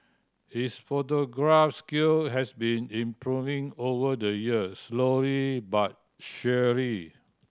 his photography skill have been improving over the years slowly but surely